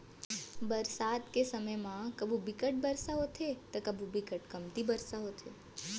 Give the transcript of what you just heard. बरसात के समे म कभू बिकट बरसा होथे त कभू बिकट कमती बरसा होथे